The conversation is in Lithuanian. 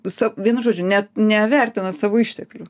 sa vienu žodžiu net nevertina savo išteklių